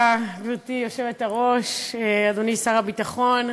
גברתי היושבת-ראש, תודה רבה, אדוני שר הביטחון,